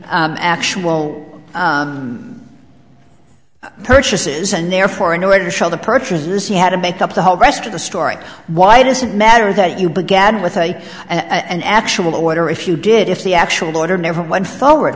actual purchases and therefore a new way to show the purchases he had to make up the whole rest of the story why does it matter that you began with a an actual order if you did if the actual order never went forward